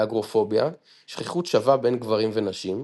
באגרופוביה שכיחות שווה בין גברים ונשים,